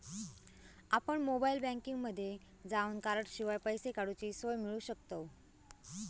आपण मोबाईल बँकिंगमध्ये जावन कॉर्डशिवाय पैसे काडूची सोय मिळवू शकतव